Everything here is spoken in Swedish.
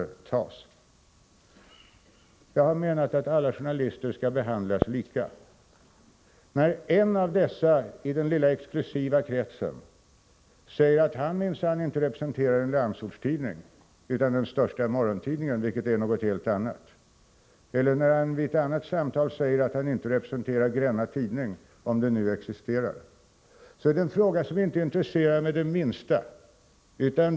Jag anser att alla journalister skall behandlas lika. När en av dessa journalister i den lilla exklusiva kretsen säger att han minsann inte representerar en landsortstidning, utan den största morgontidningen vilket är något helt annat, eller när han vid ett annat samtal säger att han inte representerar Gränna Tidning — om nu en sådan tidning existerar — är det en fråga som inte intresserar mig det minsta.